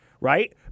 Right